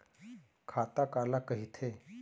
खाता काला कहिथे?